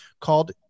called